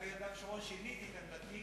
לגבי יהודה ושומרון שיניתי את עמדתי,